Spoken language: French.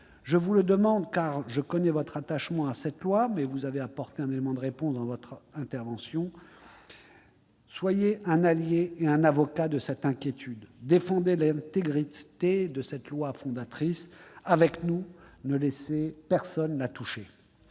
Je vous le demande, car je connais votre attachement à cette loi- mais vous avez apporté un élément de réponse dans votre intervention -, soyez un allié et un avocat de cette inquiétude, défendez l'intégrité de cette loi fondatrice, et avec nous ne laissez personne la toucher